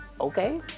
okay